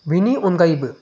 बेनि अनगायैबो